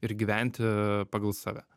ir gyventi pagal save